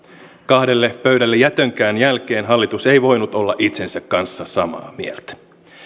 kahden pöydällejätönkään jälkeen hallitus ei voinut olla itsensä kanssa samaa mieltä